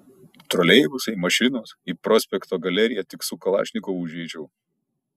troleibusai mašinos į prospekto galeriją tik su kalašnikovu užeičiau